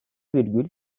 virgül